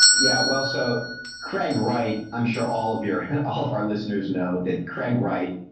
yeah. well, so craig, right. i'm sure all of your, all of our listeners know that craig wright,